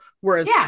whereas